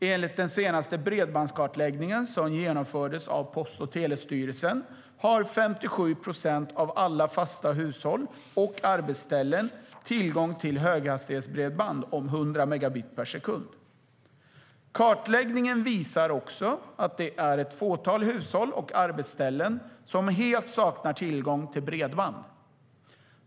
Enligt den senaste bredbandskartläggningen som genomfördes av Post och telestyrelsen har 57 procent av alla fasta hushåll och arbetsställen tillgång till höghastighetsbredband om 100 megabit per sekund. Kartläggningen visar också att det är ett fåtal hushåll och arbetsställen som helt saknar tillgång till bredband.